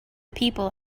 people